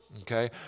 okay